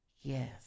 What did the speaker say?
Yes